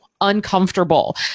uncomfortable